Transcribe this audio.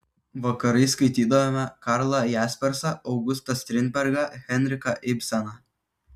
vakarais skaitydavome karlą jaspersą augustą strindbergą henriką ibseną